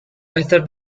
better